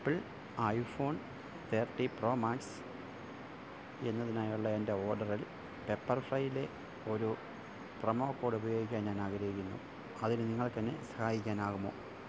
apple iPhone thirty Pro Max എന്നതിനായുള്ള എൻ്റെ ഓർഡറിൽ പെപ്പർഫ്രൈയിലെ ഒരു പ്രൊമോ കോഡ് ഉപയോഗിക്കാൻ ഞാൻ ആഗ്രഹിക്കുന്നു അതിന് നിങ്ങൾക്ക് എന്നെ സഹായിക്കാനാകുമോ